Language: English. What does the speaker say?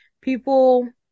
People